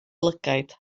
lygaid